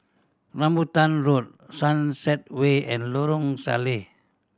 Rambutan Road Sunset Way and Lorong Salleh